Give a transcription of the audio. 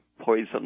poison